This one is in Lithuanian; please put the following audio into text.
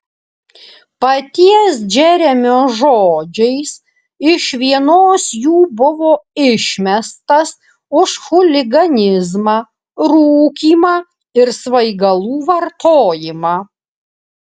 paties džeremio žodžiais iš vienos jų buvo išmestas už chuliganizmą rūkymą ir svaigalų vartojimą